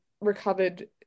recovered